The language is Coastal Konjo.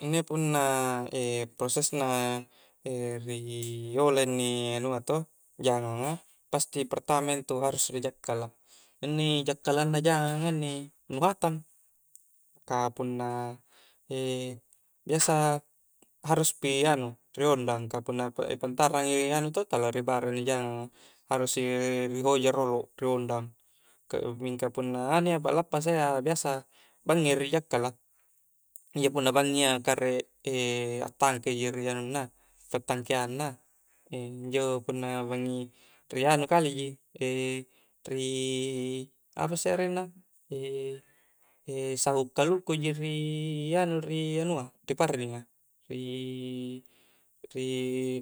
Innni punna prosesna ri olah inni anua toh janganga pasti pertama intu haruspi rijakkala, inni jakkalangna jangang a inni nu hatang ka punna biasa haruspi anu riondang. ka punna pantarang i toh, tala nibara i inni jangang a, harus i ri hoja rolok riondang, mingka punna anu ia palappasa ia biasa bangngi rijakkala injo punna bangngi ia kare attangkei ri anunna pattangkeannna injo punna bangngi ri anu kale ji ri apasse arenna sahuk kaluku ji ri anu ri parring a, ri